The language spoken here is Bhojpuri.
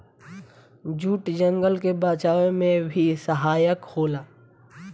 जूट जंगल के बचावे में भी सहायक होला